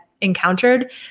encountered